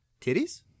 titties